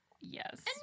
Yes